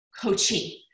coaching